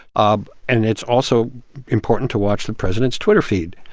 um and it's also important to watch the president's twitter feed.